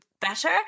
better